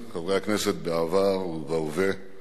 חברי הכנסת בעבר ובהווה,